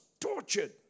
tortured